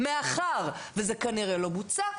מאחר שזה כנראה לא בוצע,